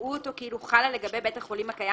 יראו אותו כאילו חלה לגבי בית החולים הקיים